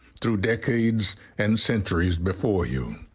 through decades and centuries before you.